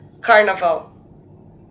Carnival